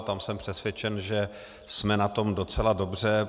Tam jsem přesvědčen, že jsme na tom docela dobře.